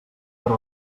però